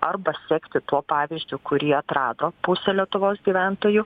arba sekti tuo pavyzdžiu kurį atrado pusė lietuvos gyventojų